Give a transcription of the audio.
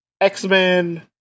X-Men